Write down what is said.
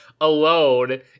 alone